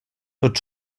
tot